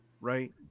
right